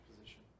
position